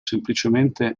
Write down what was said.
semplicemente